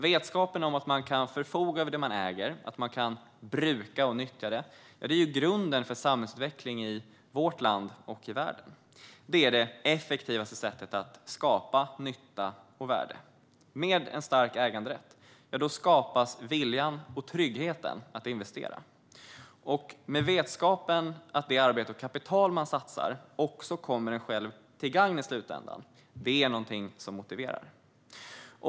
Vetskapen om att man kan förfoga över det man äger, bruka och nyttja det, är grunden för samhällsutveckling i vårt land och i världen. Det är det effektivaste sättet att skapa nytta och värde. Med en stark äganderätt skapas viljan och tryggheten att investera. Vetskapen att det arbete och kapital man satsar kommer en själv till gagn i slutändan är någonting som motiverar.